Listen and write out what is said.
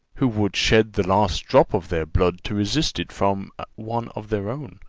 who would shed the last drop of their blood to resist it from one of their own.